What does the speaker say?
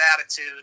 attitude